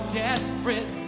desperate